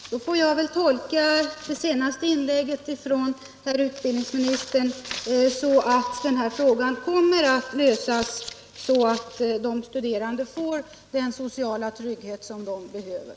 Herr talman! Då får jag väl tolka det senaste uttalandet från herr utbildningsministern på det sättet att den här frågan kommer att lösas så att de studerande får den sociala trygghet som de behöver.